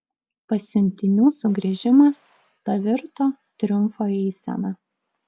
pasiuntinių sugrįžimas pavirto triumfo eisena